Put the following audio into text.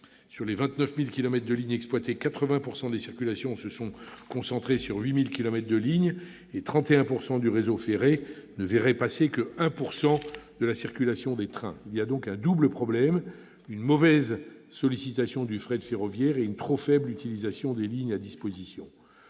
Sur les 29 000 kilomètres de lignes exploitées, 80 % des circulations se sont concentrées sur 8 000 kilomètres de ligne, et 31 % du réseau ferré ne verrait passer que 1 % de la circulation des trains. Il y a donc un double problème : une mauvaise sollicitation du fret ferroviaire et une trop faible utilisation des lignes à disposition.